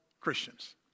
Christians